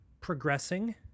progressing